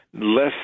less